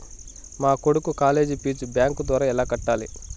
మా కొడుకు college fees bank ద్వారా ఎలా కట్టాలి?